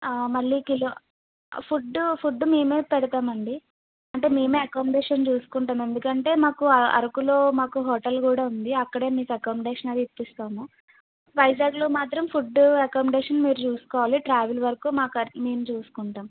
మళ్ళీ kilo food food మేమే పెడతామండి అంటే మేమే అకామొడేషన్ చూసుకుంటాం ఎందుకంటే మాకు అరకులో మాకు హోటల్ కూడా ఉంది అక్కడే మీకు అకామొడేషన్ అవి ఇప్పిస్తాము వైజాగ్లో మాత్రం ఫుడ్ అకామొడేషన్ మీరు చూసుకోవాలి ట్రావెల్ వరకూ మా క మేము చూసుకుంటాం